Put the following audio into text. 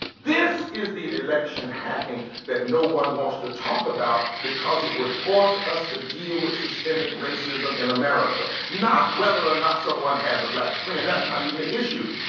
this is the election hacking that no one wants to talk about because it would force us to deal with systemic racism in america, not whether or not someone has a black friend, that's not even an issue.